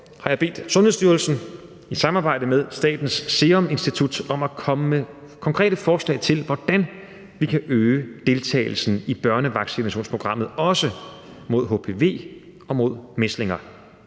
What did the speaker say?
jeg bedt Sundhedsstyrelsen i samarbejde med Statens Serum Institut om at komme med konkrete forslag til, hvordan vi kan øge deltagelsen i børnevaccinationsprogrammet i forbindelse